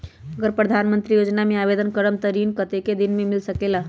अगर प्रधानमंत्री योजना में आवेदन करम त ऋण कतेक दिन मे मिल सकेली?